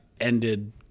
ended